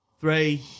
three